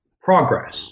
progress